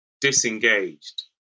disengaged